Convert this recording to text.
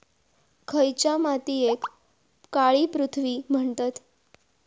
खयच्या मातीयेक काळी पृथ्वी म्हणतत?